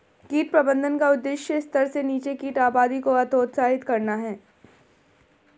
कीट प्रबंधन का उद्देश्य स्तर से नीचे कीट आबादी को हतोत्साहित करना है